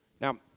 Now